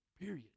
Period